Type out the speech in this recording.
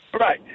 Right